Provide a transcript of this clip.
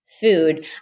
food